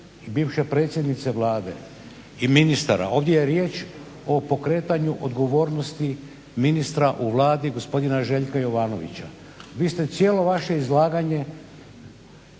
i bivše predsjednice Vlade i ministara, ovdje je riječ o pokretanju odgovornosti ministra u Vladi gospodina Željka Jovanovića. Vi ste cijelo vaše izlaganje